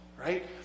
right